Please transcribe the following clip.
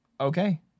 okay